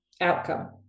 outcome